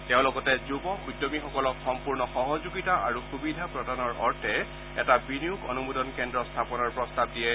তেওঁ লগতে যুৱ উদ্যমীসকলক সম্পূৰ্ণ সহযোগিতা আৰু সুবিধা প্ৰদানৰ অৰ্থে এটা বিনিয়োগ অনুমোদন কেন্দ্ৰ স্থাপনৰ প্ৰস্তাৱ দিয়ে